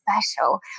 special